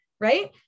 right